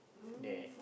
um